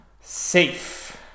safe